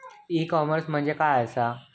E commerce म्हणजे मझ्या आसा?